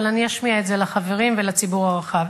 אבל אני אשמיע את זה לחברים ולציבור הרחב.